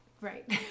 Right